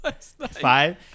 Five